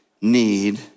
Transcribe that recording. need